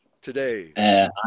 today